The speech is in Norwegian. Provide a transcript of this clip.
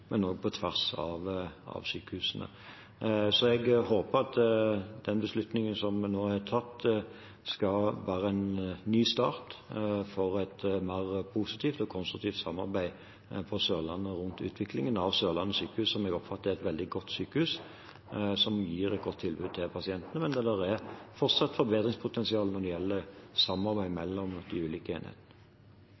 men også på tvers av sykehusene. Jeg håper at den beslutningen som nå er tatt, skal være en ny start for et mer positivt og konstruktivt samarbeid på Sørlandet rundt utviklingen av Sørlandet sykehus, som jeg oppfatter er et veldig godt sykehus, som gir et godt tilbud til pasientene. Men det er fortsatt forbedringspotensial når det gjelder samarbeid